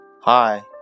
Hi